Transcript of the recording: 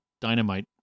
dynamite